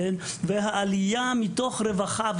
והעלייה מתוך רווחה,